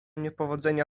niepowodzenia